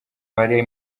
bari